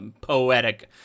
poetic